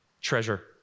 treasure